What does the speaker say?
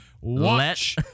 watch